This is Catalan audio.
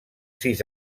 sis